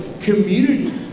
community